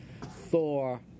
Thor